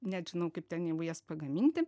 net žinau kaip ten jau jas pagaminti